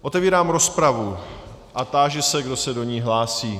Otevírám rozpravu a táži se, kdo se do ní hlásí.